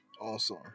Awesome